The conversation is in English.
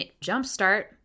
Jumpstart